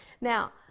Now